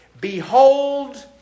Behold